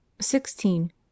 Sixteen